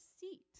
seat